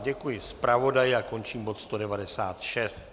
Děkuji zpravodaji a končím bod 196.